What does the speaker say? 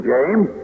James